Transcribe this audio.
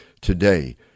today